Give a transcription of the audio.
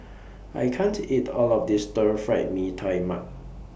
I can't eat All of This Stir Fried Mee Tai Mak